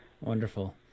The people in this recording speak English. Wonderful